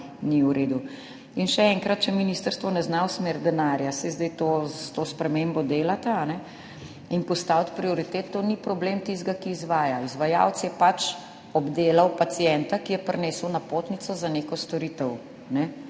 ni v redu. In še enkrat, če ministrstvo ne zna usmeriti denarja, saj zdaj to s to spremembo delate, in postaviti prioritet, to ni problem tistega, ki izvaja. Izvajalec je pač obdelal pacienta, ki je prinesel napotnico za neko storitev,